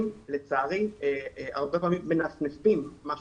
לצערי, בתי חולים מנפנפים הרבה פעמים